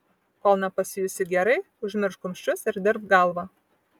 kol nepasijusi gerai užmiršk kumščius ir dirbk galva